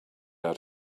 out